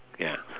ya